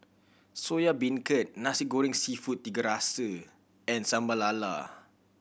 Soya Beancurd Nasi Goreng Seafood Tiga Rasa and Sambal Lala